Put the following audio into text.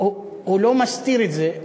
הוא לא מסתיר את זה.